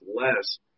less